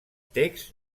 text